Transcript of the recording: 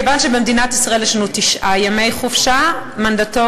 כיוון שבמדינת ישראל יש לנו תשעה ימי חופשה מנדטוריים,